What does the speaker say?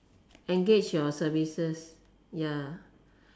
engage your services ya